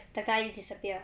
the guy disappear